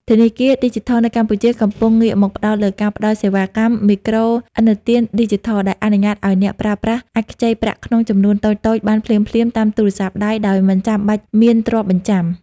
ធនាគារឌីជីថលនៅកម្ពុជាកំពុងងាកមកផ្ដោតលើការផ្ដល់សេវាកម្ម មីក្រូឥណទានឌីជីថល ដែលអនុញ្ញាតឱ្យអ្នកប្រើប្រាស់អាចខ្ចីប្រាក់ក្នុងចំនួនតូចៗបានភ្លាមៗតាមទូរស័ព្ទដៃដោយមិនចាំបាច់មានទ្រព្យបញ្ចាំ។